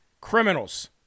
criminals